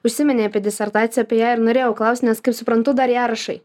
užsiminei apie disertaciją apie ją ir norėjau klaust nes kaip suprantu dar ją rašai